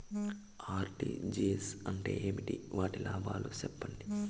RTGS అంటే ఏమి? వాటి లాభాలు సెప్పండి?